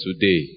today